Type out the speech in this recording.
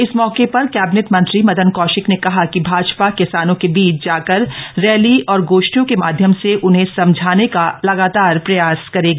इस मौके र कैबिनेट मंत्री मदन कौशिक ने कहा कि भाज किसानों के बीच जाकर रैली और गोष्ठियों के माध्यम से उन्हें समझाने का लगातार प्रयास करेगी